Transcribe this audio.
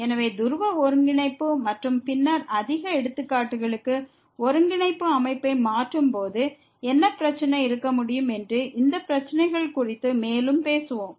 எனவே துருவ ஒருங்கிணைப்பு மற்றும் பின்னர் அதிக எடுத்துக்காட்டுகளுக்கு ஒருங்கிணைப்பு அமைப்பை மாற்றும் போது என்ன பிரச்சனை இருக்க முடியும் என்று இந்த பிரச்சினைகள் குறித்து மேலும் பேசுவோம்